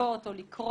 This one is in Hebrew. לצפות או לקרוא?